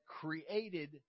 created